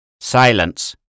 Silence